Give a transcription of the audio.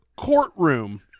courtroom